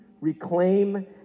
reclaim